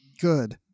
Good